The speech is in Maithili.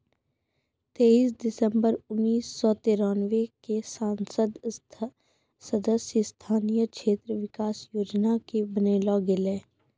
तेइस दिसम्बर उन्नीस सौ तिरानवे क संसद सदस्य स्थानीय क्षेत्र विकास योजना कअ बनैलो गेलैय